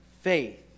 faith